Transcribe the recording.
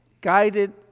guided